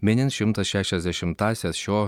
minint šimtas šešiasdešimtąsias šio